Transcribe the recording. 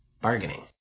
bargaining